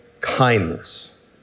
kindness